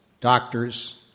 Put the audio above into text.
doctors